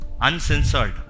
Uncensored